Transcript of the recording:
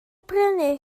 brynu